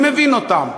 אני מבין אותם,